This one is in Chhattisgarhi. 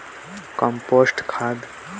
मुरई बार कोन सा रसायनिक खाद हवे ठीक होही?